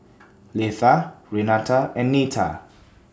Letha Renata and Nita